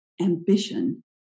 ambition